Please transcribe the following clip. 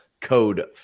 code